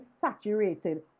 saturated